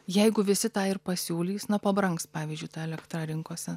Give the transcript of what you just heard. jeigu visi tą ir pasiūlys na pabrangs pavyzdžiui ta elektra rinkose